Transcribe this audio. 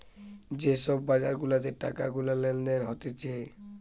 যে সব বাজার গুলাতে টাকা গুলা লেনদেন হতিছে